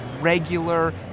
regular